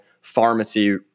pharmacy